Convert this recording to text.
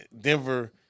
Denver